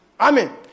Amen